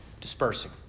dispersing